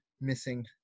missing